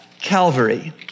Calvary